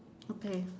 okay